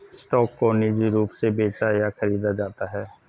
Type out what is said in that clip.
stock को निजी रूप से बेचा या खरीदा जाता है